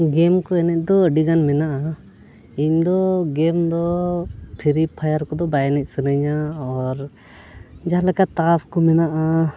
ᱜᱮᱢ ᱠᱚ ᱮᱱᱮᱡ ᱫᱚ ᱟᱹᱰᱤ ᱜᱟᱱ ᱢᱮᱱᱟᱜᱼᱟ ᱤᱧ ᱫᱚ ᱜᱮᱢ ᱫᱚ ᱯᱷᱨᱤ ᱯᱷᱟᱭᱟᱨ ᱠᱚᱫᱚ ᱵᱟᱭ ᱮᱱᱮᱡ ᱥᱟᱹᱱᱟᱹᱧᱟ ᱟᱨ ᱡᱟᱦᱟᱸ ᱞᱮᱠᱟ ᱛᱟᱥ ᱠᱚ ᱢᱮᱱᱟᱜᱼᱟ